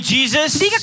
Jesus